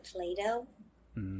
Play-Doh